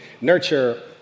nurture